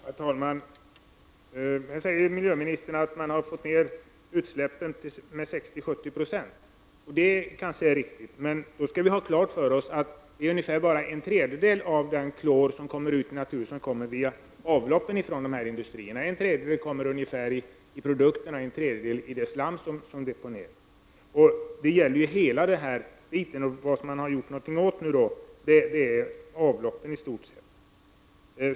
Herr talman! Nu säger miljöministern att man har fått ner utsläppen med 60-70 20. Det är kanske riktigt. Men vi skall ha klart för oss att det bara är ungefär en tredjedel av den klor som kommer ut i naturen som kommer via dessa industriers avlopp. Ungefär en tredjedel kommer i produkterna och en tredjedel i det slam som deponeras. Detta gäller hela området. Det man nu har gjort något åt är i stort sett avloppen.